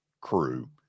crew